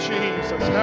Jesus